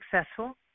successful